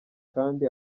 kandi